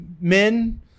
men